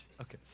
Okay